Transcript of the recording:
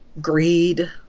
Greed